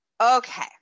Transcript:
Okay